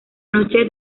noche